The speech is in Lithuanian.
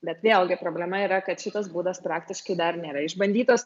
bet vėlgi problema yra kad šitas būdas praktiškai dar nėra išbandytas